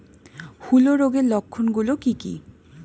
হূলো রোগের লক্ষণ গুলো কি কি?